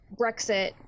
Brexit